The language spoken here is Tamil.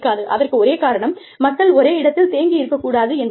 அதற்கு ஒரே காரணம் மக்கள் ஒரே இடத்தில் தேங்கி இருக்க கூடாது என்பது தான்